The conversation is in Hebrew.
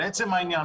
לעצם העניין,